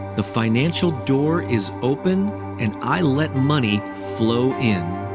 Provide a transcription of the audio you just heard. the financial door is open and i let money flow in.